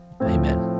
Amen